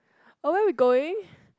oh where we going